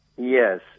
Yes